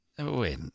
Wait